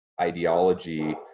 ideology